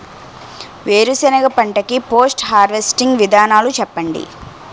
వేరుసెనగ పంట కి పోస్ట్ హార్వెస్టింగ్ విధానాలు చెప్పండీ?